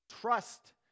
trust